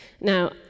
Now